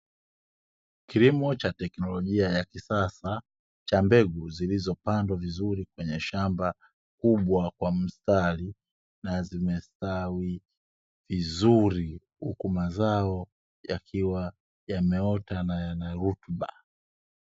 kilimo cha teknolojia ya kisasa cha mbegu zilizopandwa vizuri kwenye shamba kubwa kwa mstari, na zimestawi vizuri, huku mazao yakiwa yameota na yana rutuba.